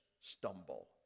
stumble